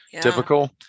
typical